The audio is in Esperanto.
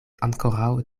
ankoraŭ